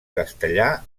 castellà